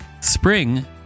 Spring